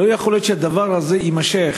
לא יכול להיות שהדבר הזה יימשך.